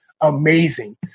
amazing